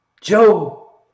Joe